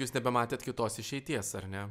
jūs nebematėt kitos išeities ar ne